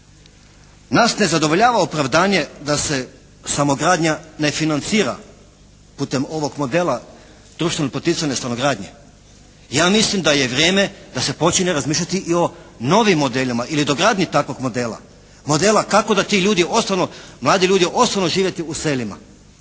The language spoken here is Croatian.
Nas ne zadovoljava opravdanje da se samogradnja ne financira putem ovog modela društveno poticajne stanogradnje. Ja mislim da je vrijeme da se počinje razmišljati i o novim modelima ili dogradnji takvog modela. Modela kako da ti ljudi ostanu, mladi ljudi ostanu živjeti u selima.